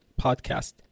podcast